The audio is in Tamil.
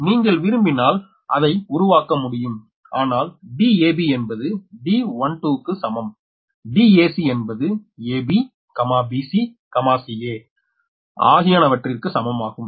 எனவே நீங்கள் விரும்பினால் அதை உருவாக்க முடியும் ஆனால் Dab என்பது D12 க்கு சமம் Dac என்பது ab bc ca அகியானவற்றிற்கு சமமாகும்